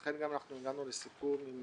לכן הגענו לסכום עם